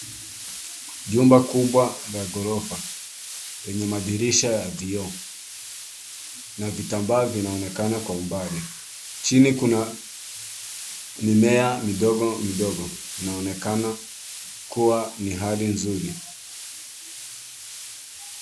Jumba kubwa la ghorofa yenye madirisha ya vioo na vitambaa vinaonekana kwa umbali. Chini kuna mimea midogo midogo. Inaonekana kuwa ni hali nzuri.